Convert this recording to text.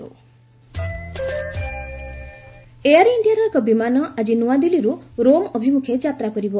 flight Italy air ଇଣ୍ଡିଆର ଏକ ବିମାନ ଆଜି ନୂଆଦିଲ୍ଲୀରୁ ରୋମ୍ ଅଭିମୁଖେ ଯାତ୍ରା କରିବ